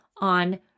on